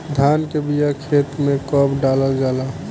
धान के बिया खेत में कब डालल जाला?